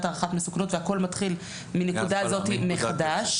הערכת מסוכנות והכול מתחיל מנקודה זאת מחדש?